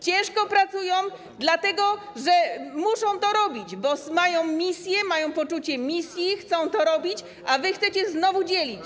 Ciężko pracują dlatego, że muszą to robić, bo mają poczucie misji, chcą to robić, a wy chcecie znowu dzielić.